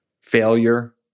failure